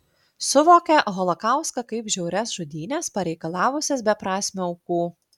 suvokia holokaustą kaip žiaurias žudynes pareikalavusias beprasmių aukų